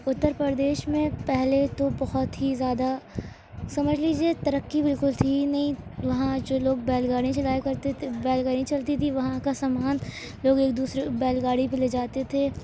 اتر پردیش میں پہلے تو بہت ہی زیادہ سمجھ لیجیے ترقی بالکل تھی ہی نہیں وہاں جو لوگ بیل گاڑیاں چلایا کرتے تھے بیل گاڑی چلتی تھی وہاں کا سامان لوگ ایک دوسرے بیل گاڑی پہ لے جاتے تھے